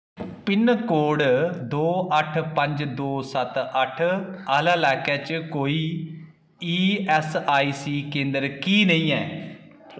PIN code दो अट्ठ पंज दो सत्त अट्ठ आह्ले ल्हाके च कोई ईऐस्सआईसी केंदर की नेईं ऐ